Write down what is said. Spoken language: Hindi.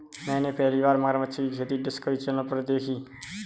मैंने पहली बार मगरमच्छ की खेती डिस्कवरी चैनल पर देखी